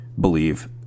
believe